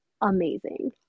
amazing